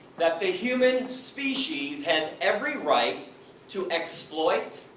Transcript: that the human species has every right to exploit,